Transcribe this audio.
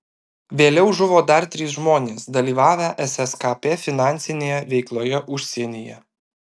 vėliau žuvo dar trys žmonės dalyvavę sskp finansinėje veikloje užsienyje